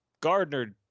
Gardner